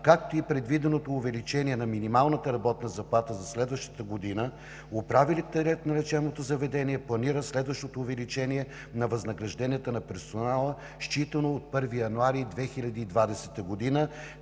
както и предвиденото увеличение на минималната работна заплата за следващата година, управителят на лечебното заведение планира следващо увеличение на възнагражденията на персонала, считано от 1 януари 2020 г.,